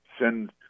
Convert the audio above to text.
send